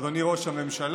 אדוני ראש הממשלה,